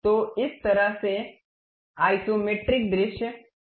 तो इस तरह से आइसोमेट्रिक दृश्य दिखता है